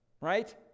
right